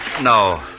No